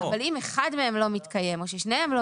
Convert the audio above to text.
אבל אם אחד מהם לא מתקיים או ששניהם לא